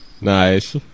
Nice